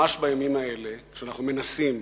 ממש בימים אלה, כשאנחנו מנסים,